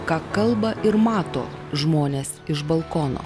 ką kalba ir mato žmonės iš balkono